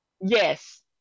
Yes